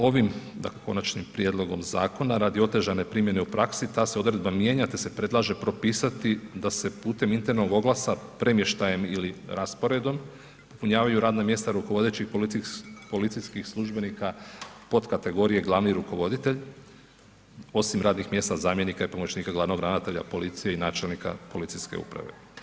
Ovim, dakle, Konačnim prijedlogom zakona radi otežane primjedbe u praksi ta se odredba mijenja, te se predlaže propisati da se putem internog oglasa premještajem ili rasporedom popunjavaju radna mjesta rukovodećih policijskih službenika potkategorije glavni rukovoditelj, osim radnih mjesta zamjenika i pomoćnika glavnog ravnatelja policije i načelnika policijske uprave.